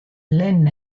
lehen